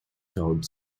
toward